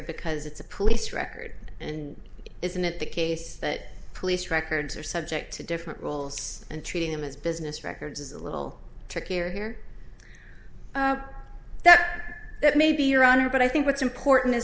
because it's a police record and isn't it the case that police records are subject to different rules and treating them as business records is a little trickier here that may be your honor but i think what's important